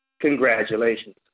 congratulations